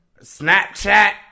Snapchat